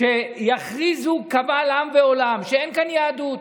שיכריזו קבל עם ועולם שאין כאן יהדות,